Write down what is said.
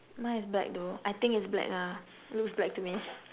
mine is black though I think it's black lah looks black to me